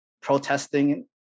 protesting